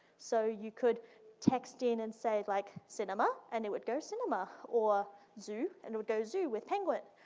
so you could text in and say, like, cinema? and it would go, cinema! or zoo? and it would go zoo, with penguin,